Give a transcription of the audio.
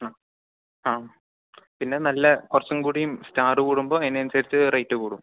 ആ ആ പിന്നെ നല്ല കുറച്ചുംകൂടി സ്റ്റാർ കുടുമ്പോൾ അതിനനുസരിച്ച് റേറ്റ് കുടും